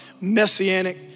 messianic